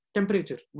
Temperature